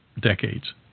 decades